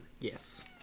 Yes